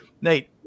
Nate